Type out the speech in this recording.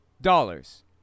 dollars